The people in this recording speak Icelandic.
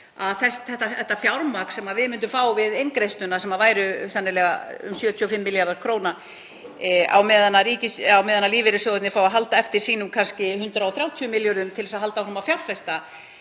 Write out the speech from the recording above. af því fjármagni sem við myndum fá við inngreiðslurnar, sem væru sennilega um 75 milljarðar kr., á meðan lífeyrissjóðirnir fá að halda eftir sínum kannski 130 milljörðum til þess að halda áfram að fjárfesta,